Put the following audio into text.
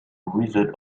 wizard